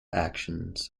actions